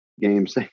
games